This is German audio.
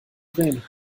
drehen